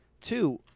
Two